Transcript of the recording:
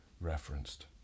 referenced